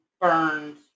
burned